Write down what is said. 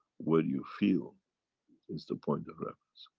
where you feel is the point of reference.